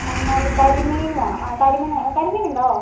ആ എന്നാല് കരിമീൻ വേണം ആ കരിമീന് കരിമീൻ ഉണ്ടോ